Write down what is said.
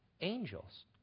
angels